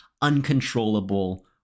uncontrollable